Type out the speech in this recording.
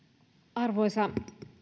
arvoisa